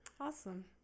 Awesome